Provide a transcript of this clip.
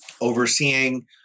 overseeing